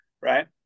right